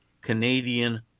Canadian